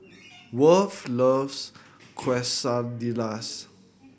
Worth loves Quesadillas